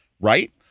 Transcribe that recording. right